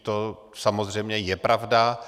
To samozřejmě je pravda.